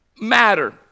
matter